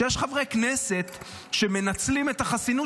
היא שיש חברי כנסת שמנצלים את החסינות